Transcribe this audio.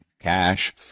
cash